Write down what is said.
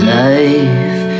life